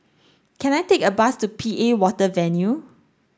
can I take a bus to P A Water Venture